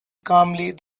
calmly